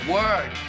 Word